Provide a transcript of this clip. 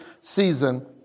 season